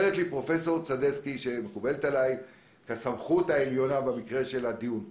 אומרת לי פרופסור סדצקי שמכובדת עליי כסמכות העליונה במקרה של הדיון פה: